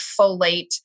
folate